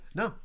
no